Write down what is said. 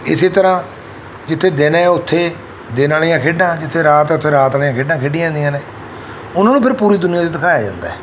ਇਸ ਤਰ੍ਹਾਂ ਜਿੱਥੇ ਦਿਨ ਹੈ ਉੱਥੇ ਦਿਨ ਵਾਲੀਆਂ ਖੇਡਾਂ ਜਿੱਥੇ ਰਾਤ ਹੈ ਉੱਥੇ ਰਾਤ ਵਾਲੀਆਂ ਖੇਡਾਂ ਖੇਡੀਆਂ ਜਾਂਦੀਆਂ ਨੇ ਉਹਨਾਂ ਨੂੰ ਫਿਰ ਪੂਰੀ ਦੁਨੀਆਂ 'ਚ ਦਿਖਾਇਆ ਜਾਂਦਾ ਹੈ